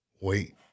wait